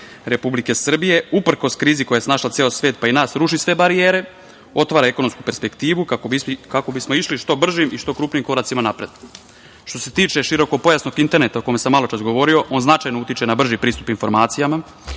Republike Srbije, uprkos krizi koja je snašla ceo svet pa i nas, ruši sve barijere, otvara ekonomsku perspektivu, kako bismo išli što brže i što krupnijim koracima napred. Što se tiče širokopojasnog interneta o kome sam maločas govorio, on značajno utiče na brži pristup informacijama,